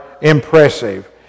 impressive